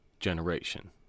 generation